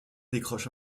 décroche